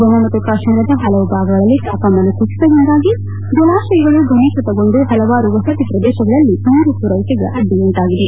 ಜಮ್ಮ ಮತ್ತು ಕಾಶ್ಮೀರದ ಪಲವು ಭಾಗಗಳಲ್ಲಿ ತಾಪಮಾನ ಕುಸಿತದಿಂದಾಗಿ ಜಲಾಶಯಗಳು ಘನೀಕೃತಗೊಂಡು ಪಲವಾರು ವಸತಿ ಪ್ರದೇಶಗಳಲ್ಲಿ ನೀರು ಪೂರೈಕೆಗೆ ಅಡ್ಡಿಯುಂಟಾಗಿದೆ